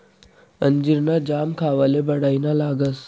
अंजीर ना जाम खावाले बढाईना लागस